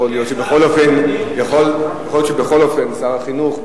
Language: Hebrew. יכול להיות שבכל אופן שר החינוך,